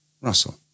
Russell